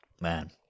Man